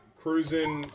cruising